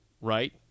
right